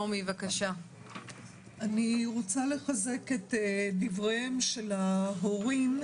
אני רוצה לחזק את דבריהם של ההורים.